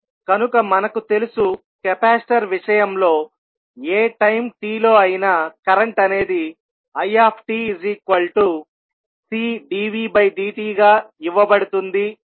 కనుక మనకు తెలుసు కెపాసిటర్ విషయంలో ఏ టైం t లో అయినా కరెంట్ అనేది itCdvdt గా ఇవ్వబడుతుంది అని